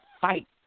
fight